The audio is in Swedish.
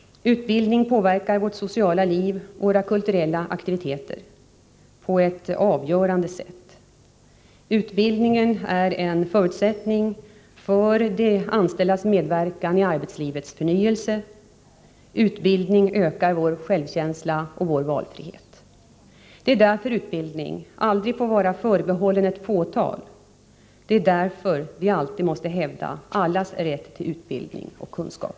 Utbildning påverkar vårt sociala liv och våra kulturella aktiviteter på ett avgörande sätt. Utbildning är en förutsättning för de anställdas medverkan i arbetslivets förnyelse. Utbildning ökar vår självkänsla och vår valfrihet. Det är därför utbildning aldrig får vara förbehållen ett fåtal! Det är därför vi alltid måste hävda allas rätt till utbildning och kunskap!